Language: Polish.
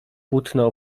płótno